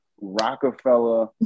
Rockefeller